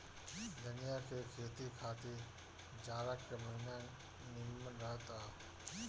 धनिया के खेती खातिर जाड़ा के महिना निमन रहत हअ